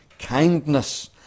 Kindness